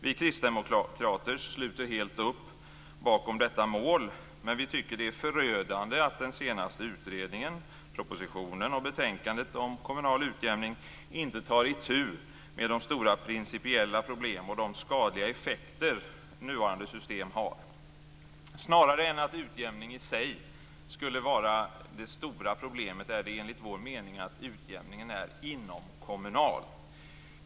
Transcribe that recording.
Vi kristdemokrater sluter helt upp bakom detta mål, men vi tycker att det är förödande att den senaste utredningen, propositionen och betänkandet om kommunal utjämning inte tar itu med de stora principiella problem och de skadliga effekter det nuvarande systemet har. Det stora problemet är enligt vår mening att utjämningen är inomkommunal snarare än utjämning i sig.